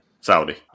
Saudi